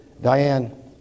Diane